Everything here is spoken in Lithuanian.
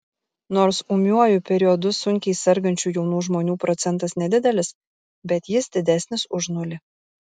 nors ūmiuoju periodu sunkiai sergančių jaunų žmonių procentas nedidelis bet jis didesnis už nulį